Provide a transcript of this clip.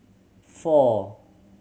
four